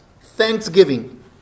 thanksgiving